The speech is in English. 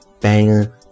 banger